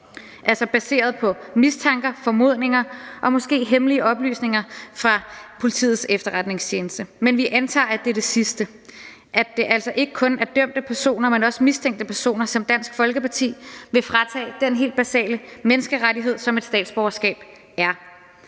– baseret på mistanker, formodninger og måske hemmelige oplysninger fra Politiets Efterretningstjeneste. Vi antager, at det er det sidste, altså at det ikke kun er dømte personer, men også mistænkte personer, som Dansk Folkeparti vil fratage den helt basale menneskerettighed, som et statsborgerskab er.